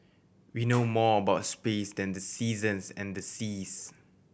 we know more about space than the seasons and the seas